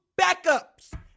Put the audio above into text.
backups